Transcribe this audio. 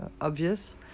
obvious